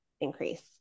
increase